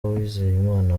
uwizeyimana